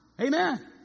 Amen